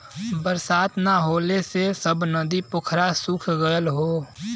बरसात ना होले से सब नदी पोखरा सूख गयल हौ